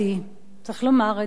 צריך לומר את זה.